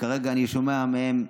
וכרגע אני שומע מהם אכזבה,